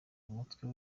umutwe